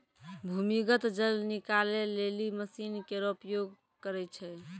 भूमीगत जल निकाले लेलि मसीन केरो प्रयोग करै छै